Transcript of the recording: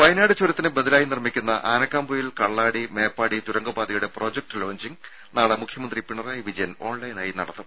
രുമ ചുരത്തിന് ബദലായി നിർമ്മിക്കുന്ന വയനാട് ആനക്കാംപൊയിൽ കള്ളാടി മേപ്പാടി തുരങ്കപാതയുടെ പ്രൊജക്ട് ലോഞ്ചിംഗ് നാളെ മുഖ്യമന്ത്രി പിണറായി വിജയൻ ഓൺലൈനായി നടത്തും